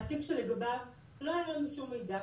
מעביר לכם את המידע.